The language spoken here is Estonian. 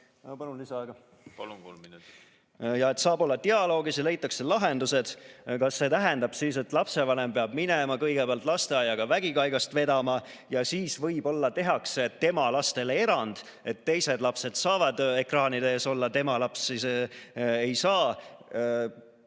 Aitäh! ... ja et saab olla dialoogis ja leitakse lahendused. Kas see tähendab siis, et lapsevanem peab minema kõigepealt lasteaiaga vägikaigast vedama ja siis võib-olla tehakse tema lastele erand, ehk teised lapsed saavad ekraanide ees olla, tema laps ei saa?